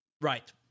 Right